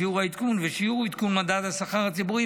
שיעור העדכון ושיעור עדכון מדד השכר הציבורי,